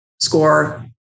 score